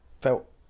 felt